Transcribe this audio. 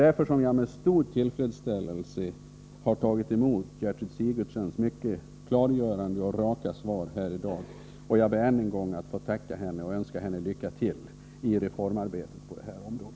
Därför har jag med stor tillfredsställelse tagit emot Gertrud Sigurdsens mycket klargörande och raka svar här i dag, och jag ber än en gång att få tacka henne och önska henne lycka till i reformarbetet på det här området.